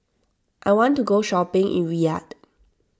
I want to go shopping in Riyadh